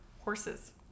Horses